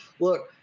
Look